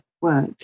work